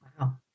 Wow